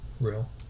Real